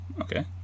okay